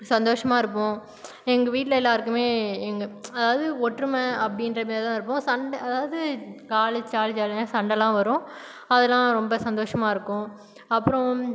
சந்தோஷமாக இருப்போம் எங்கள் வீட்டில் எல்லாருக்குமே எங்கள் அதாவது ஒற்றுமை அப்படின்ற மாரிதான் இருப்போம் சண்டை அதாவது சண்டைலாம் வரும் அதலாம் ரொம்ப சந்தோஷமா இருக்கும் அப்புறம்